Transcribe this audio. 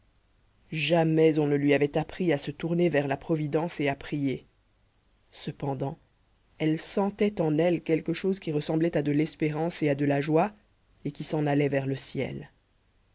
jamais on ne lui avait appris à se tourner vers la providence et à prier cependant elle sentait en elle quelque chose qui ressemblait à de l'espérance et à de la joie et qui s'en allait vers le ciel